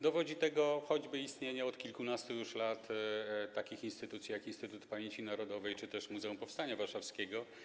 Dowodzi tego choćby istnienie od kilkunastu już lat takich instytucji, jak Instytut Pamięci Narodowej czy też Muzeum Powstania Warszawskiego.